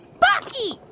bucky,